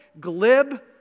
glib